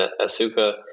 Asuka